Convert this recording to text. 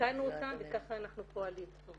תיקנו אותם וכך אנחנו פועלים.